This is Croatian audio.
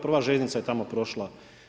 Prva željeznica je tamo prošla.